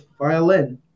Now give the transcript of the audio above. violin